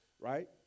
right